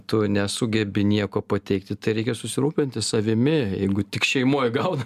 tu nesugebi nieko pateikti tai reikia susirūpinti savimi jeigu tik šeimoj gauna